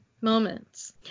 moments